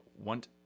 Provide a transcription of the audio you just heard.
want